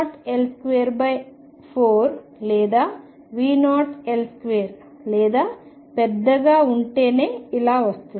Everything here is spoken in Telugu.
V0L24 లేదా V0L2 లేదా పెద్దగా ఉంటేనే ఇలా వస్తుంది